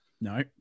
No